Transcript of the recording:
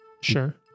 Sure